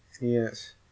Yes